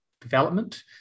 Development